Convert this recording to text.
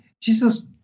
jesus